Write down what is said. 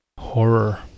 Horror